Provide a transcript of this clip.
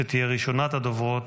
שתהיה ראשונת הדוברים,